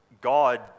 God